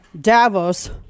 Davos